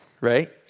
right